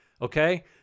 Okay